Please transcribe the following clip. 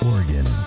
Oregon